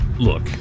Look